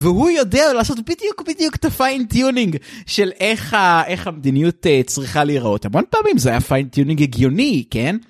והוא יודע לעשות בדיוק בדיוק את הפיינטיונינג של איך המדיניות צריכה להיראות. המון פעמים זה היה פיינטיונינג הגיוני, כן?